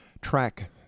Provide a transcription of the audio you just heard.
track